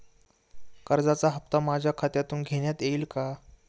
कर्जाचा हप्ता माझ्या खात्यातून घेण्यात येईल का?